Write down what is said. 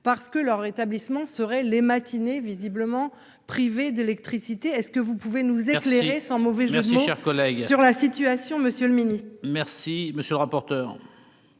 parce que leur établissement seraient les matinées visiblement privés d'électricité est-ce que vous pouvez nous éclairer, sans mauvais jeu c'est cher collègue sur la situation, Monsieur le Ministre. Merci, monsieur le rapporteur.